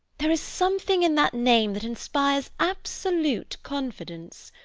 there is something in that name that inspires absolute confidence.